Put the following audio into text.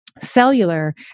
cellular